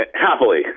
happily